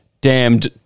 Damned